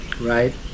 right